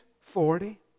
Forty